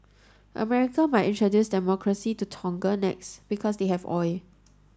America might introduce democracy to Tonga next because they have oil